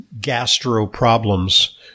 gastro-problems